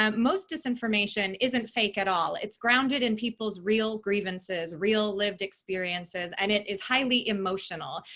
um most disinformation isn't fake at all it's grounded in people's real grievances, real lived experiences, and it is highly emotional.